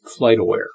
FlightAware